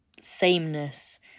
sameness